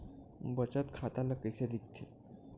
बचत खाता ला कइसे दिखथे?